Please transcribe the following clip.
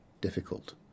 difficult